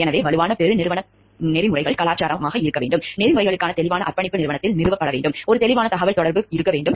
எனவே வலுவான பெருநிறுவன நெறிமுறைகள் கலாச்சாரம் இருக்க வேண்டும் நெறிமுறைகளுக்கான தெளிவான அர்ப்பணிப்பு நிறுவனத்தில் நிறுவப்பட வேண்டும் ஒரு தெளிவான தகவல் தொடர்பு இருக்க வேண்டும்